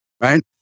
right